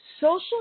Social